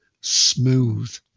smooth